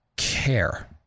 care